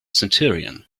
centurion